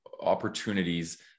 opportunities